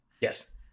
Yes